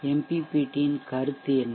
MPPT இன் கருத்து என்ன